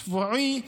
שבועי,